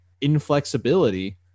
inflexibility